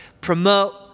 Promote